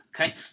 Okay